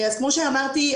כמו שאמרתי,